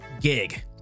gig